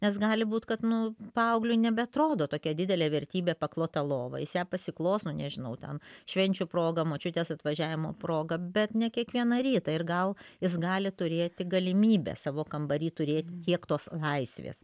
nes gali būt kad nu paaugliui nebeatrodo tokia didelė vertybė paklota lova jis ją pasiklos nu nežinau ten švenčių proga močiutės atvažiavimo proga bet ne kiekvieną rytą ir gal jis gali turėti galimybę savo kambary turėti tiek tos laisvės